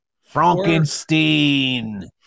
Frankenstein